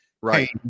right